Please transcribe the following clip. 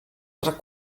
tra